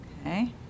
Okay